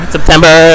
September